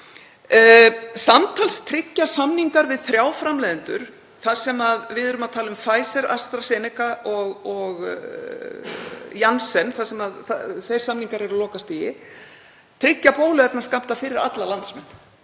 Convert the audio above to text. Samtals tryggja samningar við þrjá framleiðendur — þar sem við erum að tala um Pfizer, AstraZeneca og Jansen, þeir samningar eru á lokastigi — bóluefnaskammta fyrir alla landsmenn.